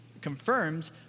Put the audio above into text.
confirmed